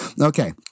Okay